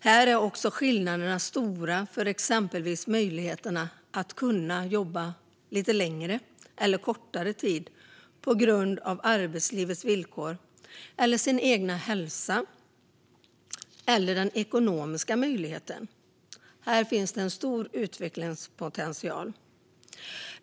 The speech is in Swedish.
Här är skillnaderna stora när det exempelvis gäller möjligheten att jobba lite längre eller kortare tid på grund av arbetslivets villkor, den egna hälsan eller den ekonomiska möjligheten. Här finns en stor utvecklingspotential.